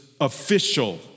official